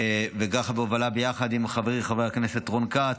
וככה, בהובלה ביחד עם חברי חבר הכנסת רון כץ,